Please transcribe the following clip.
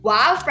Wow